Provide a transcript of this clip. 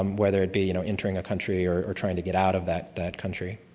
um whether it be you know entering a country or trying to get out of that that country.